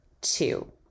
two